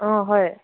অ হয়